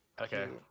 Okay